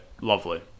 lovely